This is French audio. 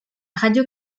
radio